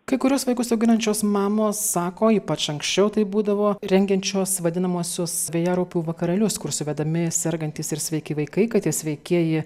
kai kuriuos vaikus auginančios mamos sako ypač anksčiau taip būdavo rengiančios vadinamuosius vėjaraupių vakarėlius kur suvedami sergantys ir sveiki vaikai kad tie sveikieji